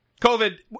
COVID